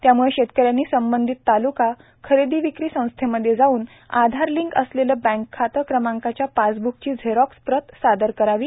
त्यामुळे शेतकर्यांनी संबंधित तालुका खरेदी विक्री संस्थेमध्ये जाऊन आधारलिंक असलेले बँक खाते क्रमांकच्या पासब्काची झेरॉक्स प्रत सादर करावी